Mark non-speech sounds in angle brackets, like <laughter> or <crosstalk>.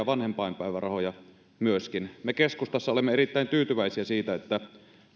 <unintelligible> vanhempainpäivärahoja myöskin me keskustassa olemme erittäin tyytyväisiä siitä että